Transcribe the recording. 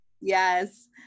yes